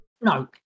no